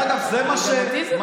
יושבת-ראש הכנסת, אל תתערבי.